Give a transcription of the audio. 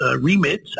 remit